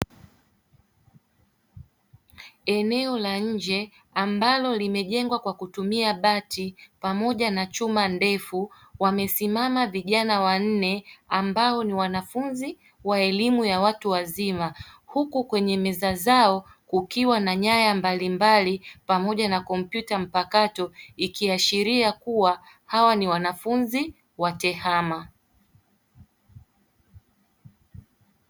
Eneo la nje ambalo limejengwa kwa kutumia bati pamoja na chuma ndefu, wamesimama vijana wanne ambao ni wanafunzi wa elimu ya watu wazima huku kwenye meza zao kukiwa na nyaya mbalimbali pamoja na kompyuta mpakato ikiashiria kuwa hawa ni wanafunzi wa TEHAMA.